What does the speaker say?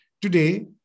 Today